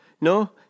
No